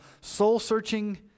soul-searching